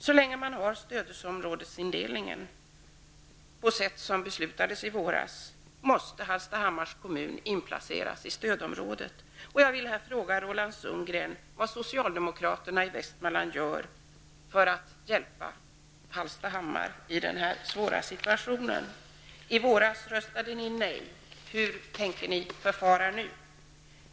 Så länge vi har stödområdesindelningen på sätt som beslutades i våras måste Hallstahammars kommun inplaceras i stödområdet. Jag vill fråga Roland Sundgren vad socialdemokraterna i Västmanland gör för att hjälpa Hallstahammar i denna svåra situation. I våras röstade ni nej, hur tänker ni förfara nu?